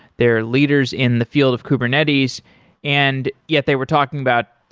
they're leaders in the field of kubernetes and yet, they were talking about,